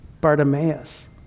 Bartimaeus